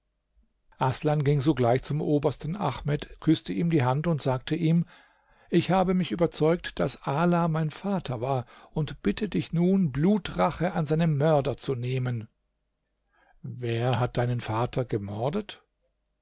aßlan ging sogleich zum obersten ahmed küßte ihm die hand und sagte ihm ich habe mich überzeugt daß ala mein vater war und bitte dich nun blutrache an seinem mörder zu nehmen wer hat deinen vater gemordet